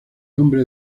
hombre